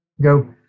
go